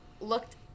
looked